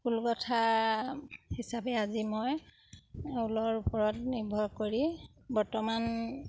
ফুল গোঠা হিচাপে আজি মই ঊলৰ ওপৰত নিৰ্ভৰ কৰি বৰ্তমান